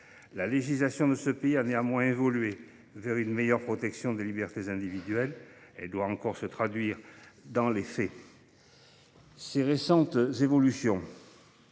La législation de ce pays a néanmoins évolué vers une meilleure protection des libertés individuelles, qu’il reste encore à traduire dans les faits. Ces progrès récents